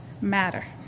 matter